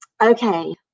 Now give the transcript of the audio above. Okay